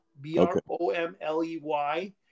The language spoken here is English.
B-R-O-M-L-E-Y